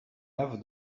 never